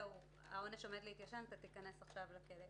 שהעונש עומד להתיישן ולכן הוא ייכנס לכלא,